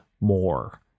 more